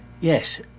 Yes